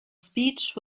speech